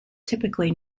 typically